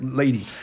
lady